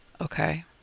Okay